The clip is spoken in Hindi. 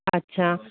अच्छा